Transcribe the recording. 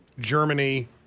Germany